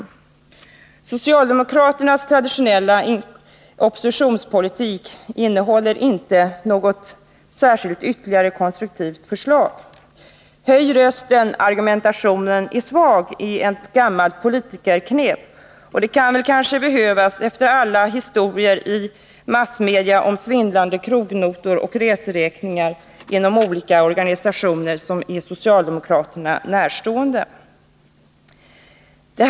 Men socialdemokraternas traditionella oppositionspolitik innehåller inte något särskilt ytterligare konstruktivt förslag. Höj rösten, argumentationen är svag — det är ett gammalt politikerknep. Nr 147 Och det kan kanske behövas efter alla historier i massmedia om svindlande Torsdagen den krognotor och reseräkningar i olika organisationer som är socialdemokra 21 maj 1981 terna närstående.